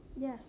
Yes